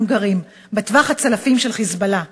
גרים: בטווח הצלפים של "חיזבאללה".